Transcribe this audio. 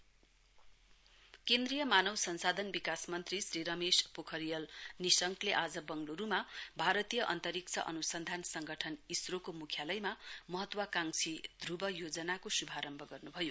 धुब केन्द्रीय मानव संसाधन विकास मन्त्री श्री रमेश पोखरियाल निशंकले आज बंगल्रुमा भारतीय अन्तरिक्ष अनुसन्धान संगठन इसरोको मुख्यालयमा महत्वाकांक्षी ध्रुव योजनाको शुभारम्भ गर्नुभयो